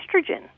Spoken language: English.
estrogen